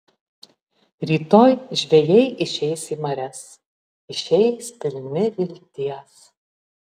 rytoj žvejai išeis į marias išeis pilni vilties